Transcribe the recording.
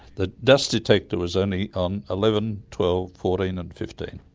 the dust detector was only on eleven, twelve, fourteen and fifteen,